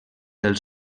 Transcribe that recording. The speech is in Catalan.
del